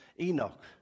Enoch